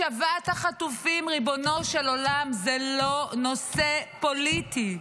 השבת החטופים, ריבונו של עולם, זה לא נושא פוליטי.